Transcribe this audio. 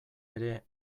ere